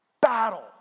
battle